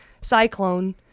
Cyclone